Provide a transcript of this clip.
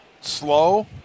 slow